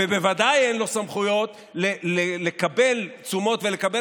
ובוודאי אין לו סמכויות לקבל תשומות ולקבל